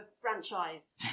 franchise